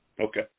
Okay